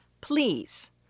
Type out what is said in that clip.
please